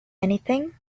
anything